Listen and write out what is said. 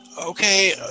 okay